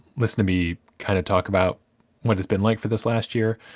listen to be kind of talk about what it's been like for this last year.